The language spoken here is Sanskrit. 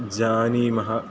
जानीमः